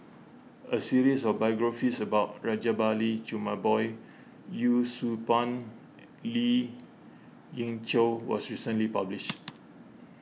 a series of biographies about Rajabali Jumabhoy Yee Siew Pun Lien Ying Chow was recently published